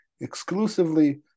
exclusively